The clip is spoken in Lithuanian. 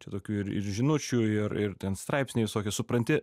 čia tokių ir ir žinučių ir ir ten straipsnių visokių supranti